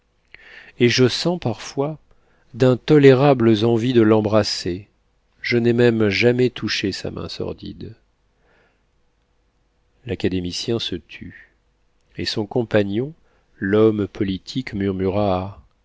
et je sens parfois d'intolérables envies de l'embrasser je n'ai même jamais touché sa main sordide l'académicien se tut et son compagnon l'homme politique murmura